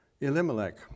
Elimelech